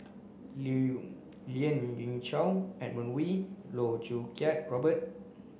Lien Ying Chow Edmund Wee Loh Choo Kiat Robert